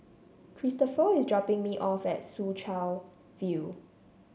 Christopher is dropping me off at Soo Chow View